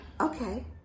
Okay